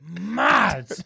Mad